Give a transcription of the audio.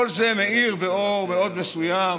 כל זה מאיר באור מאוד מסוים